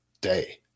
day